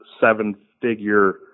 seven-figure